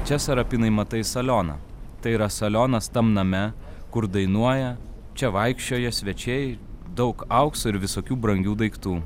čia sarapinai matai salioną tai yra salionas tam name kur dainuoja čia vaikščioja svečiai daug aukso ir visokių brangių daiktų